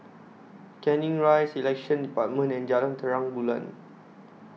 Canning Rise Elections department and Jalan Terang Bulan